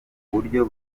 buryo